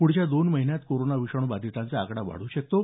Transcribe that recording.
पुढच्या दोन महिन्यात कोरोना विषाणू बाधितांचा आकडा वाढू शकतो